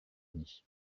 unis